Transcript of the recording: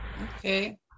Okay